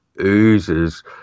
oozes